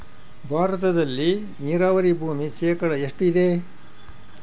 ಭಾರತದಲ್ಲಿ ನೇರಾವರಿ ಭೂಮಿ ಶೇಕಡ ಎಷ್ಟು ಇದೆ?